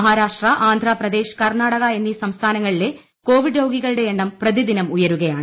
മഹാരാർഷ്ട ആന്ധ്രപ്രദേശ് കർണാടക എന്നീ സംസ്ഥാനങ്ങളില്പെ ് കോ്പിഡ് രോഗികളുടെ എണ്ണം പ്രതിദിനം ഉയരുകയാണ്